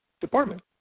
department